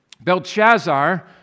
Belshazzar